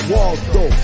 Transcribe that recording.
Waldo